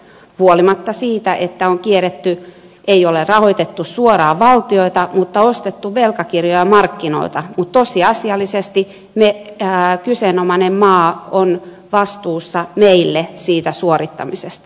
huolimatta siitä että on kierretty ei ole rahoitettu suoraan valtioita mutta on ostettu velkakirjoja markkinoilta niin tosiasiallisesti kyseenomainen maa on vastuussa meille siitä suorittamisesta